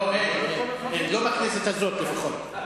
לא, לא בכנסת הזאת לפחות.